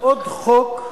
עוד חוק,